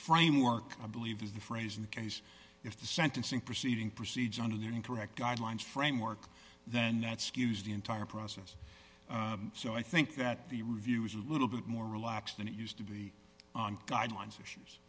framework i believe is the phrase in the case if the sentencing proceeding proceeds on an incorrect guidelines framework then that skews the entire process so i think that the review is a little bit more relaxed than it used to be on guidelines issues